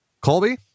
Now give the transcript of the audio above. Colby